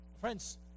friends